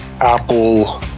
apple